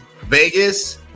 Vegas